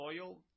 oil